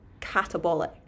catabolic